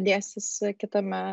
dėstys kitame